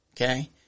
Okay